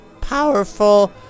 powerful